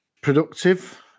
productive